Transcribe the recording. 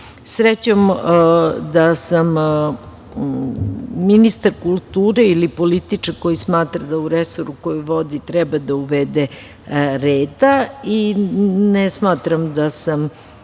da sam ministar kulture ili političar koji smatra da u resoru koji vodi treba da uvede reda. Ne smatram da sam